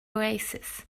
oasis